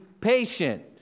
patient